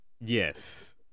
Yes